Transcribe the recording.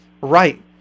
Right